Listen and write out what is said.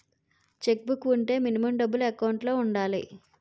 Check book వుంటే minimum డబ్బులు account లో ఉండాలి?